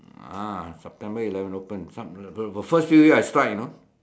ah September eleven open some uh the the first few year I strike you know